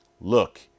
look